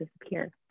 disappear